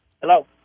hello